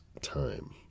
time